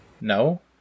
No